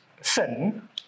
sin